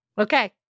Okay